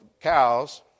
cows